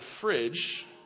fridge